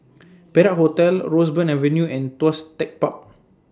Perak Hotel Roseburn Avenue and Tuas Tech Park